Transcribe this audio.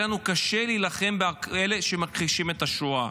יהיה לנו קשה להילחם באלה שמכחישים את השואה,